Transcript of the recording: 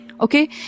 Okay